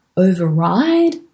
override